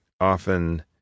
often